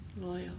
Loyal